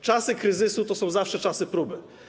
Czasy kryzysu to są zawsze czasy próby.